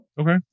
Okay